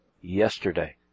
yesterday